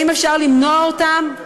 האם אפשר למנוע אותם?